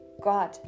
god